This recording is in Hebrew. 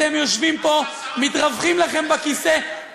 אתם יושבים פה, מתרווחים לכם בכיסא.